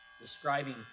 describing